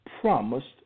promised